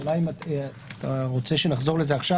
השאלה אם אתה רוצה שנחזור לזה עכשיו